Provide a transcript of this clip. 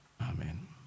amen